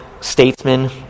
statesman